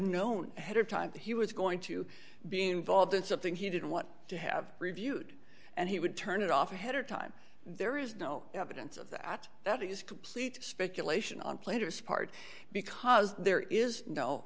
known ahead of time that he was going to be involved in something he didn't want to have reviewed and he would turn it off ahead of time there is no evidence of that that is complete speculation on played its part because there is no